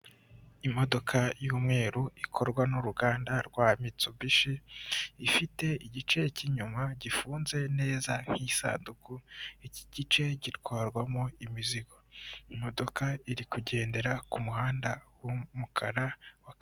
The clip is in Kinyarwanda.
Imodoka y'umweru ikorwa n'uruganda rwa minsubishe ifite igice cy'inyuma gifunze neza nk'isanduku iki gice gitwarwamo imizigo imodoka iri kugendera ku muhanda w'umukara.